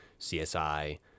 csi